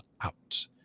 out